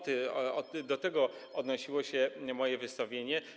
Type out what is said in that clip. Do tego odnosiło się moje wystąpienie.